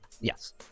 yes